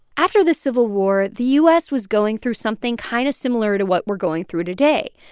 after the civil war, the u s. was going through something kind of similar to what we're going through today.